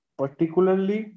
particularly